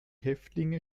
häftlinge